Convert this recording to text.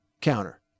counter